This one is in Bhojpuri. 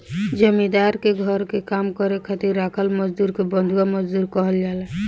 जमींदार के घरे काम करे खातिर राखल मजदुर के बंधुआ मजदूर कहल जाला